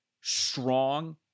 strong